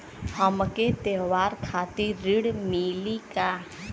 हमके त्योहार खातिर ऋण मिली का?